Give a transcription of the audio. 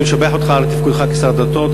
אני משבח אותך על תפקודך כשר הדתות.